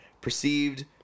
perceived